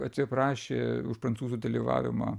atsiprašė už prancūzų dalyvavimą